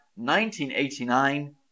1989